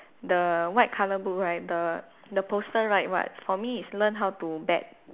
the white colour book right the the poster write what for me is learn how to bet